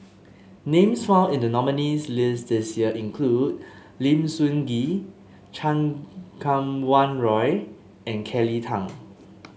names found in the nominees' list this year include Lim Sun Gee Chan Kum Wah Roy and Kelly Tang